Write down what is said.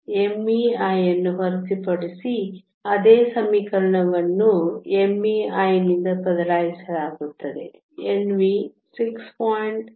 Nv m¿ ಅನ್ನು ಹೊರತುಪಡಿಸಿ ಅದೇ ಸಮೀಕರಣವನ್ನು m¿ ನಿಂದ ಬದಲಾಯಿಸಲಾಗುತ್ತದೆ Nv 6